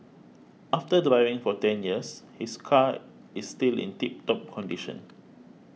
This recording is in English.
after driving for ten years his car is still in tip top condition